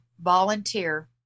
volunteer